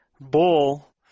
Bull